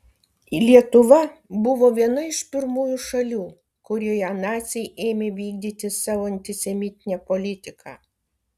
lietuva buvo viena iš pirmųjų šalių kurioje naciai ėmė vykdyti savo antisemitinę politiką